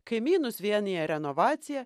kaimynus vienija renovacija